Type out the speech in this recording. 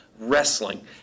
wrestling